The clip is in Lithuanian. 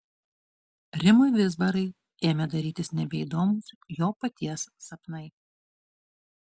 rimui vizbarai ėmė darytis nebeįdomūs jo paties sapnai